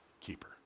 keeper